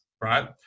right